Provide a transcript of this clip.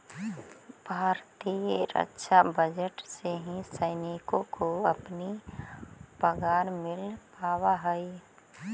भारतीय रक्षा बजट से ही सैनिकों को अपनी पगार मिल पावा हई